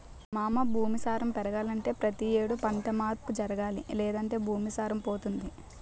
మావా భూమి సారం పెరగాలంటే పతి యేడు పంట మార్పు జరగాలి లేదంటే భూమి సారం పోతుంది